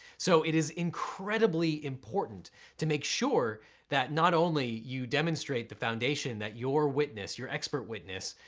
so it is incredibly important to make sure that not only you demonstrate the foundation that your witness, your expert witness,